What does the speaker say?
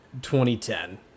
2010